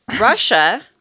Russia